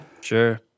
Sure